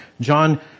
John